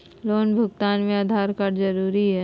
Loan भुगतान में Aadhaar card जरूरी है?